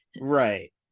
right